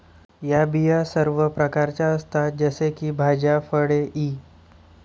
या बिया सर्व प्रकारच्या असतात जसे की भाज्या, फळे इ